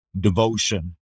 Devotion